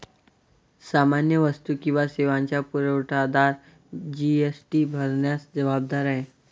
सामान्य वस्तू किंवा सेवांचा पुरवठादार जी.एस.टी भरण्यास जबाबदार आहे